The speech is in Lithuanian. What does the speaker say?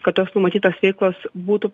kad tos numatytos veiklos būtų